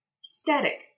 Static